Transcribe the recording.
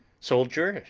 soldier,